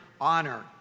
honor